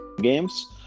games